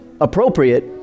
appropriate